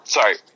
Sorry